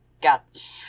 got